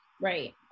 Right